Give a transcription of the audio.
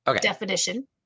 definition